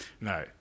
No